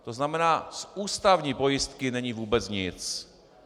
To znamená, z ústavní pojistky není vůbec nic.